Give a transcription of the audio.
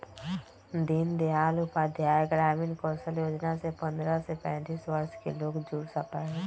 दीन दयाल उपाध्याय ग्रामीण कौशल योजना से पंद्रह से पैतींस वर्ष के लोग जुड़ सका हई